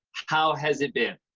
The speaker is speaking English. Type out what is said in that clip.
how has it been?